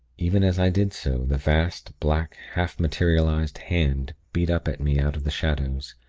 even as i did so, the vast, black, half-materialized hand beat up at me out of the shadows,